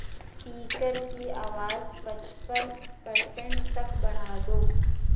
speaker کی آواز پچپن پرسنٹ تک بڑھا دو